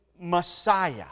Messiah